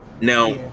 now